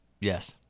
Yes